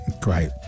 Great